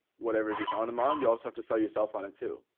whatever's you're selling them on. you also have to sell yourself on it too.